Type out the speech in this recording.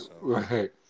Right